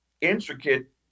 intricate